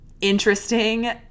interesting